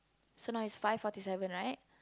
so now is five forty seven right